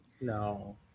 No